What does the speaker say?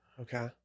Okay